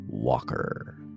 walker